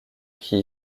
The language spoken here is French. qui